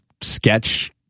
sketch